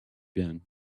been